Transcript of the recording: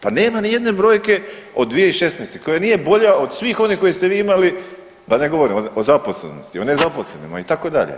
Pa nema ni jedne brojke od 2016. koja nije bolja od svih onih koje ste vi imali, da ne govorim o zaposlenosti, o nezaposlenima itd.